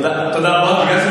תודה רבה.